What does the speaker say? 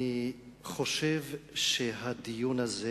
אני חושב שהדיון הזה,